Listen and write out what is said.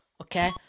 okay